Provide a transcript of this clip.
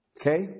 Okay